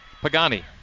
Pagani